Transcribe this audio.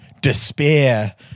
despair